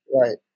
right